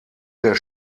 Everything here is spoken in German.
der